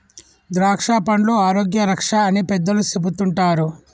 ద్రాక్షపండ్లు ఆరోగ్య రక్ష అని పెద్దలు చెపుతుంటారు